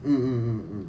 mm mm mm